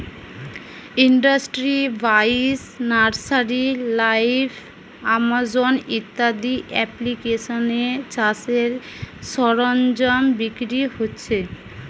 industry বাইশ, nursery live, Amazon ইত্যাদি এপ্লিকেশানে চাষের সরঞ্জাম বিক্রি হচ্ছে